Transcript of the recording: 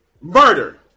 Murder